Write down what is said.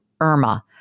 IRMA